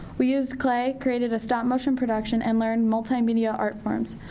we used clay, created a stop-motion production and learned multimedia art forms.